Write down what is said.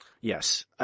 Yes